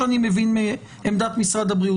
כדי להתקדם הלאה מעבר לרשימת השמות,